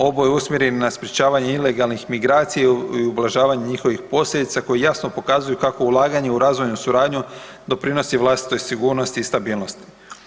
Oboje usmjereni na sprječavanje ilegalnih migracija i ublažavanja njihovih posljedica koji jasno pokazuju kako ulaganje u razvojnu suradnju doprinosi vlastitoj sigurnosti i stabilnosti.